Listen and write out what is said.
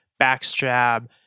backstab